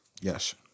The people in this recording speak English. Yes